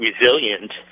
resilient